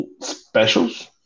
specials